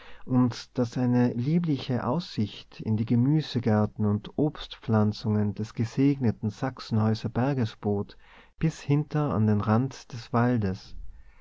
und das eine liebliche aussicht in die gemüsegärten und obstpflanzungen des gesegneten sachsenhäuser berges bot bis hinter an den rand des waldes